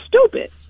stupid